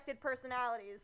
personalities